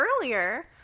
earlier